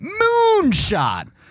moonshot